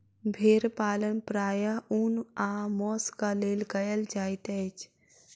भेड़ पालन प्रायः ऊन आ मौंसक लेल कयल जाइत अछि